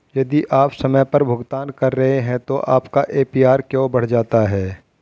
यदि आप समय पर भुगतान कर रहे हैं तो आपका ए.पी.आर क्यों बढ़ जाता है?